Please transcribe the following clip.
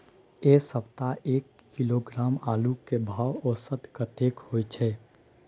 ऐ सप्ताह एक किलोग्राम आलू के भाव औसत कतेक होय छै?